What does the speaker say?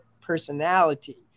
personality